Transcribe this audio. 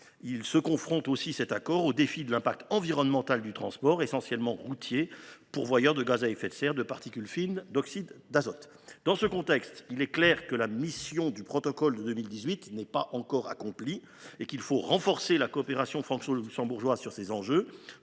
il se confronte aussi au défi de la prise en compte de l’impact environnemental du transport, essentiellement routier, pourvoyeur de gaz à effet de serre, de particules fines et d’oxyde d’azote. Dans un tel contexte, il est clair que la mission du protocole de 2018 n’est pas encore accomplie et qu’il faut renforcer la coopération franco luxembourgeoise sur ces enjeux,